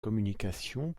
communications